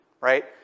Right